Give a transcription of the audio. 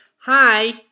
Hi